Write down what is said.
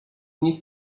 nich